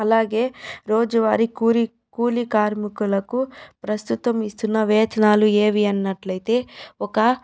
అలాగే రోజువారి కూరి కూలీ కార్మికులకు ప్రస్తుతం ఇస్తున్న వేతనాలు ఏవి అన్నట్లయితే ఒక